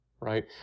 right